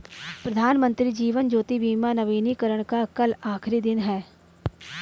प्रधानमंत्री जीवन ज्योति बीमा नवीनीकरण का कल आखिरी दिन है